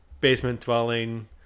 basement-dwelling